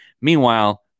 Meanwhile